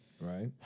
Right